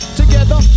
together